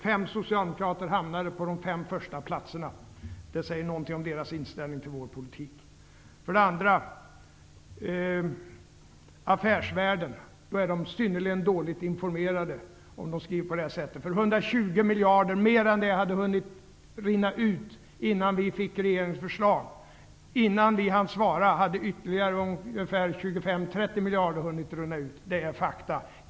Fem socialdemokrater hamnade på de fem första platserna. Det säger någonting om näringslivets inställning till vår politik. Affärsvärlden är synnerligen dåligt informerad om man skriver på det sättet. Mer än 120 miljarder hade hunnit rinna ut ur landet innan vi fick regeringens förslag. Innan vi hann svara hade ytterligare 25--30 miljarder hunnit rinna ut. Det är fakta.